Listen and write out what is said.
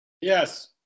Yes